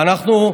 ואנחנו,